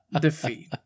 Defeat